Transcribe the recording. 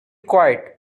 quiet